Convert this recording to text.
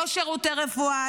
לא שירותי רפואה,